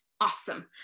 awesome